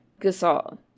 Gasol